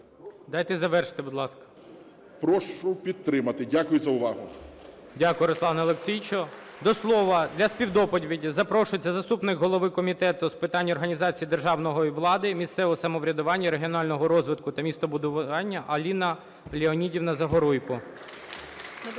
Дайте завершити, будь ласка. СТЕФАНЧУК Р.О. Прошу підтримати. Дякую за увагу. ГОЛОВУЮЧИЙ. Дякую, Руслане Олексійовичу. До слова для співдоповіді запрошується заступник голови Комітету з питань організації державної влади і місцевого самоврядування, регіонального розвитку та містобудування Аліна Леонідівна Загоруйко.